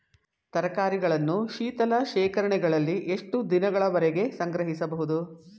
ತರಕಾರಿಗಳನ್ನು ಶೀತಲ ಶೇಖರಣೆಗಳಲ್ಲಿ ಎಷ್ಟು ದಿನಗಳವರೆಗೆ ಸಂಗ್ರಹಿಸಬಹುದು?